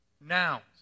Nouns